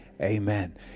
amen